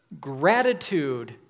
Gratitude